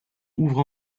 ouvre